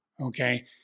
Okay